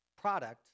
product